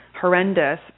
horrendous